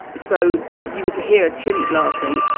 so if you were to hear a chimp laughing.